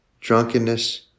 drunkenness